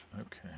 Okay